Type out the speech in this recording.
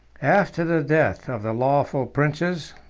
after the death of the lawful princes,